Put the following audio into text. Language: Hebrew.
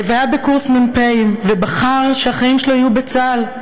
והוא היה בקורס מ"פים ובחר שהחיים שלו יהיו בצה"ל.